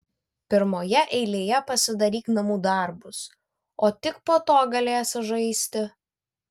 pirmoje eilėje pasidaryk namų darbus o tik po to galėsi žaisti